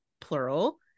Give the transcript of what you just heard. plural